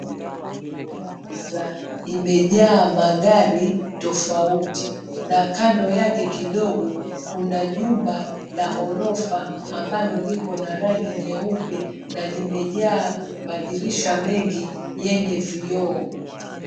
Barabara imejaa magari tofauti na kando yake kidogo kuna jumba la ghorofa ambalo liko na rangi nyeupe na limejaa madirisha mengi yenye vioo.